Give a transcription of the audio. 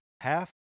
half